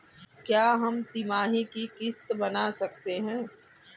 क्या हम तिमाही की किस्त बना सकते हैं?